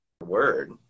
word